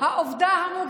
זה לא נכון.